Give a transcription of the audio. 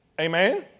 Amen